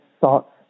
thoughts